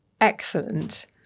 excellent